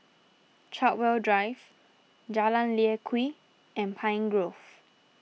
Chartwell Drive Jalan Lye Kwee and Pine Grove